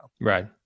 Right